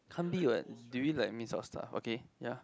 can't be what do we like miss our stuff okay ya